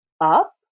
up